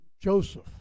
Joseph